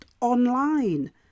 online